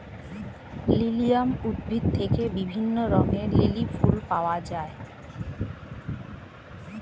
lilium উদ্ভিদ থেকে বিভিন্ন রঙের লিলি ফুল পাওয়া যায়